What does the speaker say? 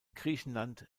griechenland